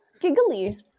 giggly